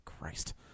Christ